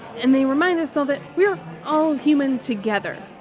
and they remind us all that we are all human together,